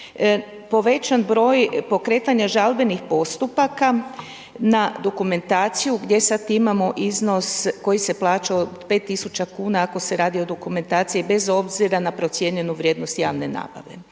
povećan broj pokretanja žalbenih postupaka na dokumentaciju gdje sad imamo iznos koji se plaća od 5.000 kuna ako se radi o dokumentaciji bez obzira na procijenjenu vrijednost javne nabave.